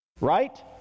Right